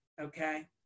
okay